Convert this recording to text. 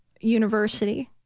university